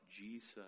Jesus